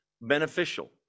beneficial